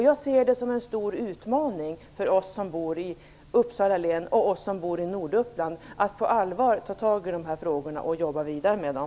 Jag ser det som en stor utmaning för oss som bor i Uppsala län och i Norduppland att på allvar ta tag i dessa frågor och jobba vidare med dem.